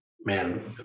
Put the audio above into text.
man